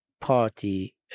party